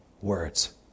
words